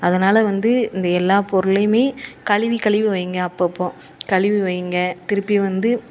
அதனால் வந்து இந்த எல்லா பொருளையுமே கழுவி கழுவி வையுங்க அப்பப்போ கழுவி வையுங்க திருப்பியும் வந்து